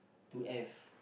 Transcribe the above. to F